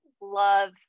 love